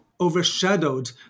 overshadowed